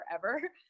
forever